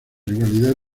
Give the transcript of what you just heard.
rivalidad